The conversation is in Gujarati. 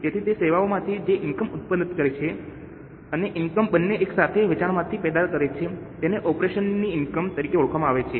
તેથી તે સેવાઓમાંથી જે ઇનકમ ઉત્પન્ન કરે છે અને તે ઇનકમ બંને એકસાથે વેચાણમાંથી પેદા કરે છે તેને ઓપરેશન ની ઇનકમ તરીકે ઓળખવામાં આવે છે